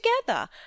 together